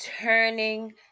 turning